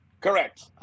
Correct